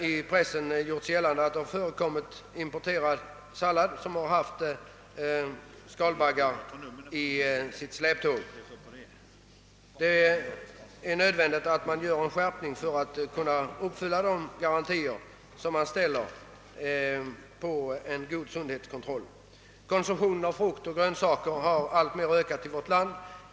I pressen har gjorts gällande att det i importerad sallad funnits skalbaggar. Det är nödvändigt att man skärper sundhetskontrollen, så att denna kan tillgodose de krav vi ställer. Konsumtionen av frukt och grönsaker har i vårt land blivit allt större.